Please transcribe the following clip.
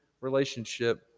relationship